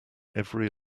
every